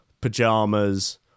pajamas